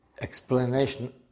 explanation